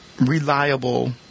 reliable